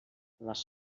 les